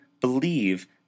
believe